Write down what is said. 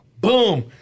Boom